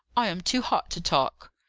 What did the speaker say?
i am too hot to talk.